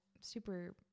super